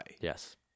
Yes